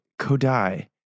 Kodai